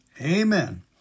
Amen